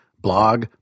blog